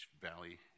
Valley